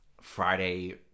Friday